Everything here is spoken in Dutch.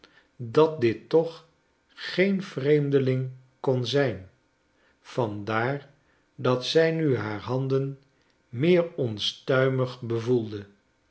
dat dit toch geen vreemdeling kon zijn vandaar dat zij nu haar handen meer onstuimig bevoelde